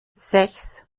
sechs